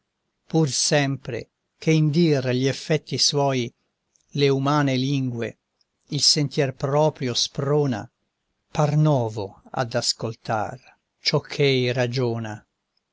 pur sempre che in dir gli effetti suoi le umane lingue il sentir proprio sprona par novo ad ascoltar ciò ch'ei ragiona